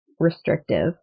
restrictive